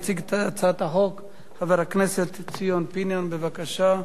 יציג את הצעת החוק חבר הכנסת ציון פיניאן, בבקשה.